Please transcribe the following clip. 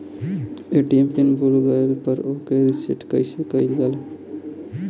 ATM pin भूल गईल पर ओके रीसेट कइसे कइल जाला?